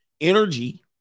Energy